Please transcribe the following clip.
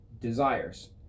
desires